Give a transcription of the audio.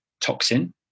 toxin